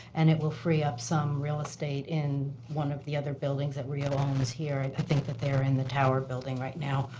and it will free up some real estate in one of the other buildings that rio owns here. and i think that they're in the tower building right now,